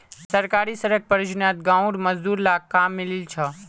सरकारी सड़क परियोजनात गांउर मजदूर लाक काम मिलील छ